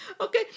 Okay